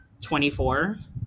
24